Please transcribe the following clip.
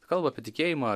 kalba apie tikėjimą